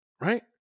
right